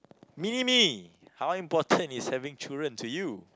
mini-me how important is having children to you